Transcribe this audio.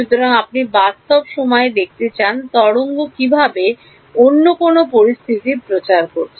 সুতরাং আপনি বাস্তব সময়ে দেখতে চান তরঙ্গ কীভাবে অন্য কোনও পরিস্থিতির প্রচার করছে